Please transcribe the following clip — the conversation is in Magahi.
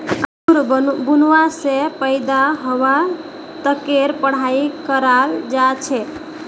अंगूर बुनवा से ले पैदा हवा तकेर पढ़ाई कराल जा छे